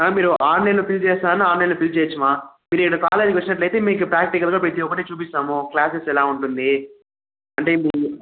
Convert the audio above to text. మా మీరు ఆన్లైన్లో ఫిల్ చేస్తారన్నా ఆన్లైన్లో ఫిల్ చేయచ్చు మా మీరు ఇక్కడికి కాలేజ్కి వచ్చినట్లయితే మీకు ప్రాక్టికల్గా ప్రతీ ఒకటి చుపిస్తాము క్లాసెస్ ఎలా ఉంటుంది అంటే